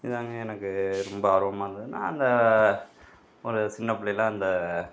இதுதாங்க எனக்கு ரொம்ப ஆர்வமாக இருந்ததுன்னால் அந்த ஒரு சின்ன பிள்ளையில அந்த